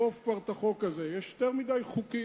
יש יותר מדי חוקים.